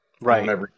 Right